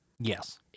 Yes